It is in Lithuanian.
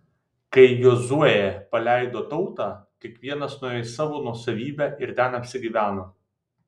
kai jozuė paleido tautą kiekvienas nuėjo į savo nuosavybę ir ten apsigyveno